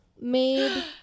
made